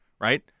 right